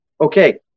Okay